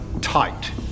tight